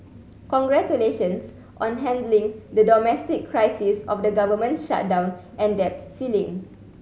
congratulations on handling the domestic crisis of the government shutdown and debt ceiling